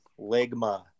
Ligma